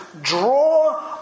draw